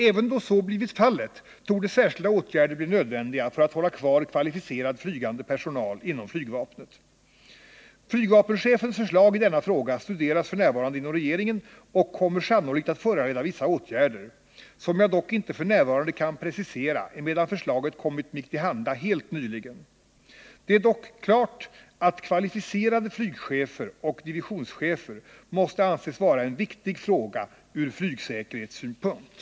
Även då så blivit fallet torde särskilda åtgärder bli nödvändiga för att hålla kvar kvalificerad flygande personal inom flygvapnet. Flygvapenchefens förslag i denna fråga studeras f.n. inom regeringen och kommer sannolikt att föranleda vissa åtgärder, som jag dock inte f. n. kan precisera, emedan förslaget kommit mig till handa helt nyligen. Det är dock klart att kvalificerade flygchefer och divisionschefer måste anses vara en viktig fråga ur flygsäkerhetssynpunkt.